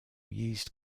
used